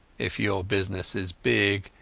if your business is big,